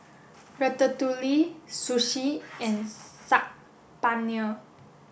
Ratatouille Sushi and Saag Paneer